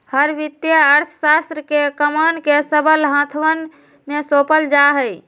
हर वित्तीय अर्थशास्त्र के कमान के सबल हाथवन में सौंपल जा हई